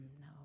No